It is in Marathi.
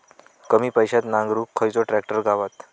कमी पैशात नांगरुक खयचो ट्रॅक्टर गावात?